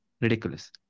Ridiculous